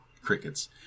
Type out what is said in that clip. Crickets